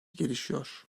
gelişiyor